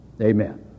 Amen